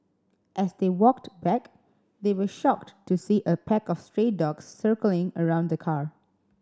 as they walked back they were shocked to see a pack of stray dogs circling around the car